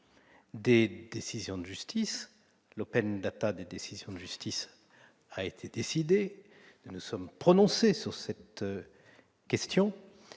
des décisions de justice. L'des décisions de justice a été décidée. Nous nous sommes prononcés sur cette question.